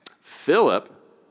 Philip